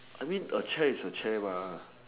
I mean a chair is a chair mah